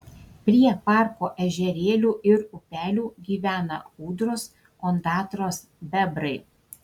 prie parko ežerėlių ir upelių gyvena ūdros ondatros bebrai